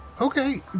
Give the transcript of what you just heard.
okay